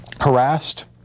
harassed